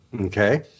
Okay